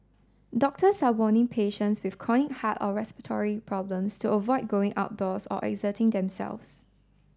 doctors are warning patients with chronic heart or respiratory problems to avoid going outdoors or exerting themselves